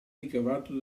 ricavato